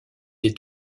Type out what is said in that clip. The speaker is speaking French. est